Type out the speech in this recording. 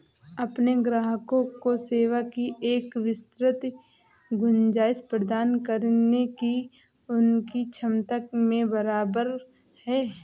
अपने ग्राहकों को सेवाओं की एक विस्तृत गुंजाइश प्रदान करने की उनकी क्षमता में बराबर है